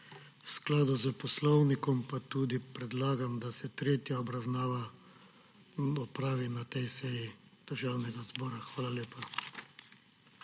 V skladu s poslovnikom pa tudi predlagam, da se tretja obravnava opravi na tej seji Državnega zbora. Hvala lepa.